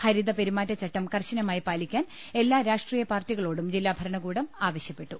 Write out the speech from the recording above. ഹരിത പെരുമാറ്റച്ചട്ടം കർശനമായി പാലിക്കാൻ എല്ലാ രാഷ്ട്രീയപാർട്ടികളോടും ജില്ലാ ഭരണകൂടം ആവശ്യപ്പെട്ടു